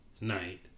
night